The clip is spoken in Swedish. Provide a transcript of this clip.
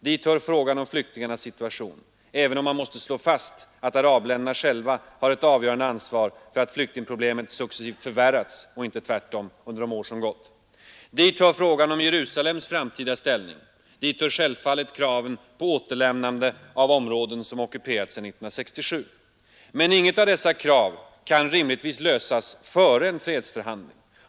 Dit hör frågan om flyktingarnas situation, även om man måste slå fast att arabländerna själva har ett avgörande ansvar för att flyktingproblemet successivt förvärrats — och inte tvärtom — under de år som gått. Dit hör frågan om Jerusalems framtida ställning. Dit hör självfallet kraven på återlämnande av områden som ockuperats sedan 1967. Men inget av dessa krav kan rimligtvis lösas före en fredsförhand ling.